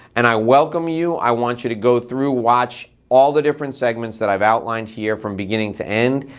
and i welcome you. i want you to go through, watch all the different segments that i've outlined here from beginning to end,